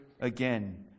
again